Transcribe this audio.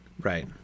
right